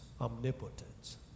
omnipotence